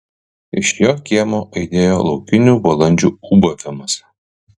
iš jo kiemo aidėjo laukinių balandžių ūbavimas